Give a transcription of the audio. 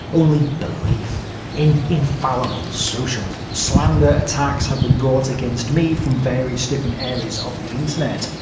only belief in infallible socialism. slander attacks have been brought against me from various different areas of the internet.